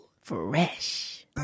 fresh